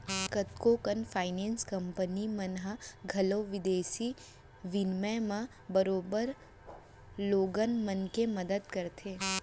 कतको कन finance company मन ह घलौक बिदेसी बिनिमय म बरोबर लोगन मन के मदत करथे